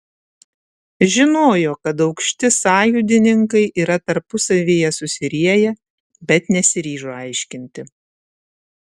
žinojo kad aukšti sąjūdininkai yra tarpusavyje susirieję bet nesiryžo aiškinti